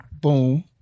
boom